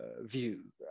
view